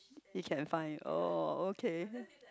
he can find oh okay